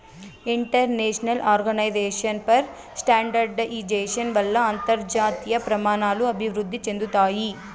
international Organization for Standardization వల్ల అంతర్జాతీయ ప్రమాణాలు అభివృద్ధి చెందుతాయి